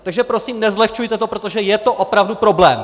Takže prosím nezlehčujte to, protože je to opravdu problém!